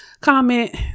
comment